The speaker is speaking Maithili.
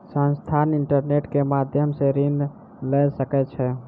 संस्थान, इंटरनेट के माध्यम सॅ ऋण लय सकै छै